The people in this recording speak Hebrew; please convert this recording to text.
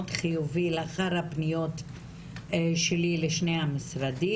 חיובי לאחר הפניות שלי לשני המשרדים.